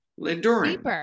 enduring